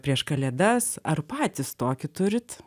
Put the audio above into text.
prieš kalėdas ar patys tokį turit